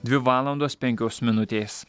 dvi valandos penkios minutės